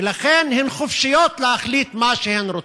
ולכן, הן חופשיות להחליט מה שהן רוצות.